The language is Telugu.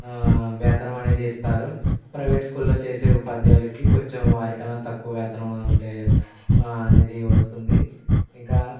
వేతనం అనేది ఇస్తారు ప్రైవేట్ స్కూల్లో చేసే ఉపాధ్యాయులకి కొంచెం వారి కన్నా తక్కువ వేతనం అంటే అనేది వస్తుంది ఇంకా